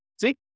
See